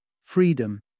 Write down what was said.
freedom